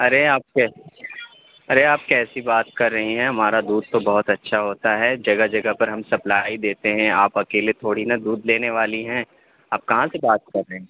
ارے آپ کیسی ارے آپ کیسی بات کر رہی ہیں ہمارا دودھ تو بہت اچھا ہوتا ہے جگہ جگہ پر ہم سپلائی دیتے ہیں آپ اکیلے تھوڑی نا دودھ لینے والی ہیں آپ کہاں سے بات کر رہیں